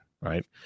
right